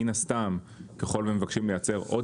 מין הסתם ככל והם מבקשים לייצר עוד